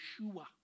Yeshua